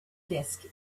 disk